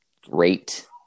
great